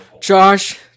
Josh